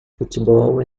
futebol